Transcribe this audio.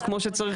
אז כמו שצריך,